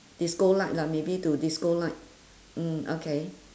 disco light lah maybe to disco light mm okay